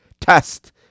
test